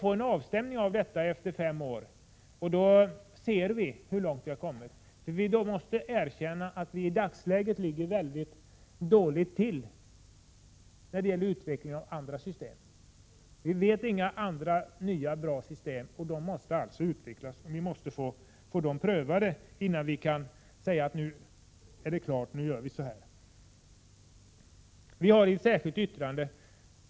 Efter fem år skall vi få en avstämning, och då kan vi se hur långt vi har kommit. Vi måste i dagens läge erkänna att vi ligger mycket dåligt till när det gäller utveckling av andra system. Vi känner inte till några andra nya och bra system. Sådana måste utvecklas, och vi måste få dem prövade innan vi definitivt kan säga hur vi skall handla. Vi har förklarat detta i ett särskilt yttrande.